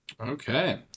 Okay